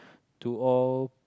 to all